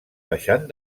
baixant